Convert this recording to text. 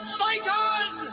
fighters